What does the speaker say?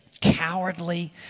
cowardly